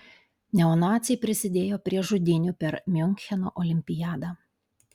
neonaciai prisidėjo prie žudynių per miuncheno olimpiadą